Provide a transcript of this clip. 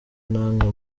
namwe